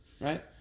Right